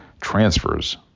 transfers